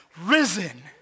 risen